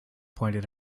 pointed